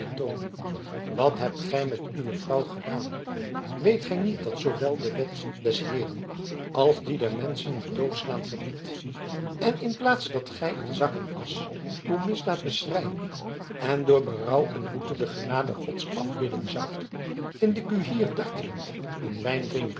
wat hebt gij met uwe vrouw gedaan weet gij niet dat zoowel de wet des heeren als die der menschen het doodslaan verbiedt en in plaats dat gij in zak en asch uw misdaad beschreien en door berouw en boete de genade gods afbidden zoudt vind ik u hier dartelend en wijn drinkende